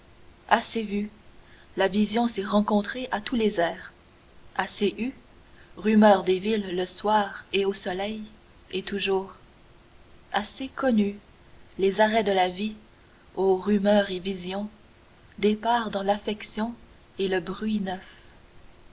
assez vu la vision s'est rencontrée à tous les airs assez eu rumeurs des villes le soir et au soleil et toujours assez connu les arrêts de la vie o rumeurs et visions départ dans l'affection et le bruit